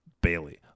Bailey